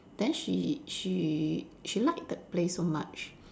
then she she she liked that place so much